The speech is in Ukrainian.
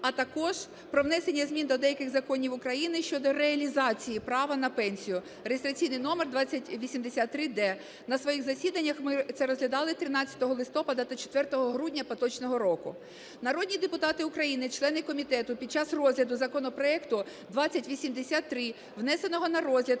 А також – про внесення змін до деяких законів України щодо реалізації права на пенсію (реєстраційний номер 2083-д). На своїх засіданнях ми це розглядали 13 листопада та 4 грудня поточного року. Народні депутати України члени комітету, під час розгляду законопроекту 2083, внесеного на розгляд